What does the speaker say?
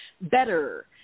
better